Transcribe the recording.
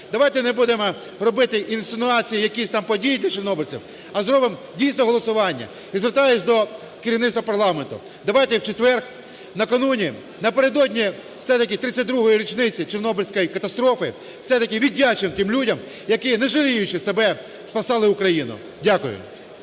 давайте не будемо робити інсинуацій, якихось там подій для чорнобильців, а зробимо, дійсно, голосування. І звертаюсь до керівництва парламенту. Давайте в четвер, накануні, напередодні все-таки 32-ї річниці Чорнобильської катастрофи все-таки віддячимо тим людям, які, не жаліючи себе, спасали Україну. Дякую.